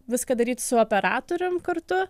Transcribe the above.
viską daryt su operatorium kartu